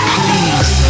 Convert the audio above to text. Please